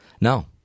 No